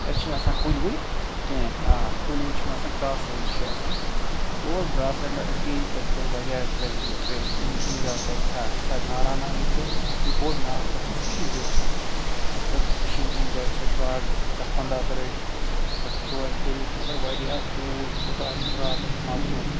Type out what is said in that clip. تَتہِ چھِنہٕ آسان کُلۍ وُلۍ کیٚنہہ آ کُلۍ وُلۍ چھِنہٕ آسان گرٛاس لینڈٕس چھِ آسان تہٕ اور گرٛاس لینڈ أسۍ گٔے اَسہِ کوٚر واریاہ ٹرٛیکِنٛگ یہِ اٮ۪نجاے تَتہِ آ تَتہِ نارا ناگ یُس چھُ سُہ چھُ بوٚڈ ناگ تَتہِ چھِ فِشِنٛگ تہِ گژھان اَسہِ کٔر فِشِنٛگ تہِ اٮ۪نجاے اَسہِ رٔٹۍ گاڈٕ داہ پَنٛداہ تہٕ رٔٹۍ اَسہِ پَتہٕ کھیوٚو اَسہِ تٔلِتھ مگر واریاہ کوٗل کوٗتاہ تَتھ راتَس مَزٕ اوس